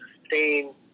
sustain